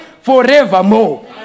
forevermore